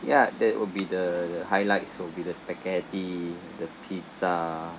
ya that will be the the highlights will be the spaghetti the pizza